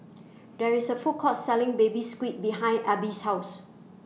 There IS A Food Court Selling Baby Squid behind Abie's House